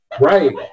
right